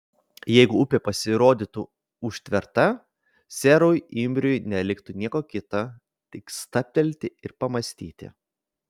jeigu upė pasirodytų užtverta serui imriui neliktų nieko kita tik stabtelti ir pamąstyti